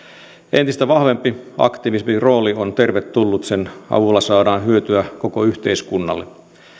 entistä vahvempi aktiivisempi rooli on tervetullut sen avulla saadaan hyötyä koko yhteiskunnalle